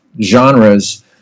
genres